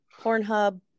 Pornhub